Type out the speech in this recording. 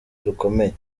rukomeye